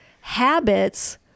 habits